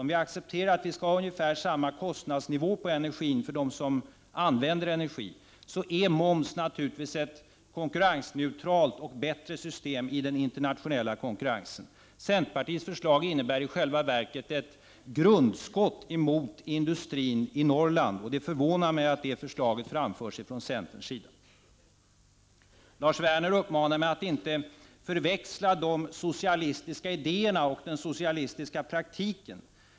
Om vi accepterar att vi skall ha ungefär samma kostnadsnivå på energin för dem som använder energi, så är moms naturligtvis ett konkurrensneutralt och bättre system i den internationella konkurrensen. Centerpartiets förslag innebär i själva verket ett grundskott mot industrin i Norrland, och det förvånar mig att det förslaget framförs från centern. Lars Werner uppmanar mig att inte förväxla de socialistiska idéerna och den socialistiska praktiken.